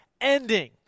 Ending